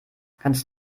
kannst